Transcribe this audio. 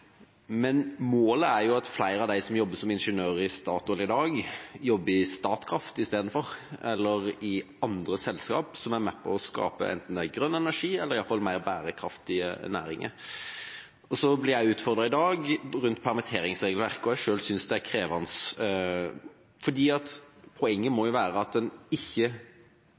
Men målet er at flere av dem som jobber som ingeniører i Statoil i dag, istedenfor vil jobbe i Statkraft eller i andre selskap som er med på å skape enten grønn energi eller iallfall mer bærekraftige næringer. Jeg blir i dag utfordret rundt permitteringsregelverket. Selv synes jeg det er krevende fordi poenget må